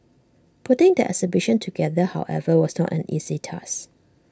putting the exhibition together however was not an easy task